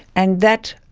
and that,